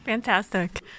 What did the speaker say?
fantastic